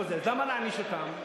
אז למה להעניש אותם?